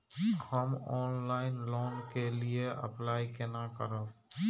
हम online loan के लिए अप्लाई केना करब?